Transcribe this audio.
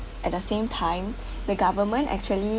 at the same time the government actually